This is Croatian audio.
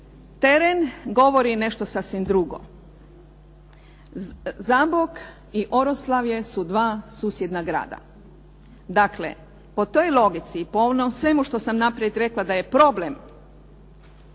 teren govori nešto sasvim drugo. Zabok i Oroslavlje su dva susjedna grada. Dakle, po toj logici, po onome svemu što sam naprijed rekla da je problem